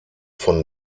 von